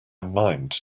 mind